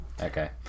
okay